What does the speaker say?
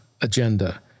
agenda